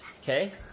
Okay